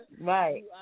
right